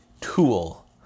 tool